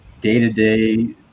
day-to-day